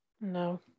No